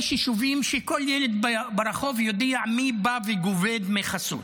יש יישובים שבהם כל ילד ברחוב יודע מי בא וגובה דמי חסות,